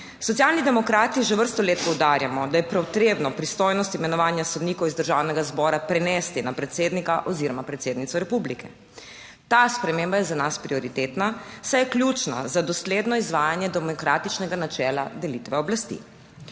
Socialni demokrati že vrsto let poudarjamo, da je potrebno pristojnost imenovanja sodnikov iz Državnega zbora prenesti na predsednika oziroma predsednico republike. Ta sprememba je za nas prioritetna, saj je ključna za dosledno izvajanje demokratičnega načela delitve oblasti.